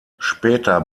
später